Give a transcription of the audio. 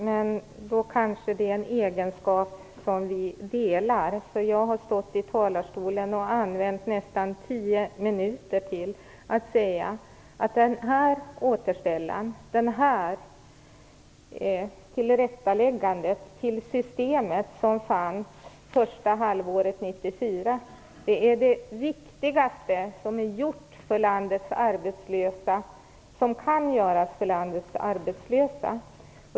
Men det kanske är en egenskap som vi delar, för jag har i talarstolen ägnat nästan tio minuter åt att säga att tillrättaläggandet av det system som fanns under första halvåret 1994 är det viktigaste som gjorts och som kan göras för landets arbetslösa.